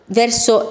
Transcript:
verso